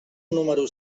número